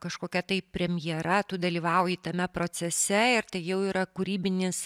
kažkokia tai premjera tu dalyvauji tame procese ir tai jau yra kūrybinis